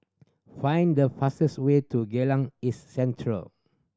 find the fastest way to Geylang East Central